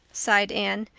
sighed anne.